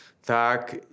tak